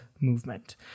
movement